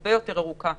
הרבה יותר ארוכה,